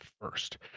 first